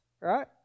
right